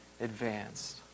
advanced